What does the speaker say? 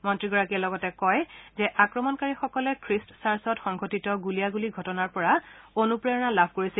মন্ত্ৰীগৰাকীয়ে লগতে কয় যে আক্ৰমণকাৰীসকলে খ্ৰীষ্ট চাৰ্চত সংঘটিত গুলীয়াগুলী ঘটনাৰ পৰা অনুপ্ৰেৰণা লাভ কৰিছিল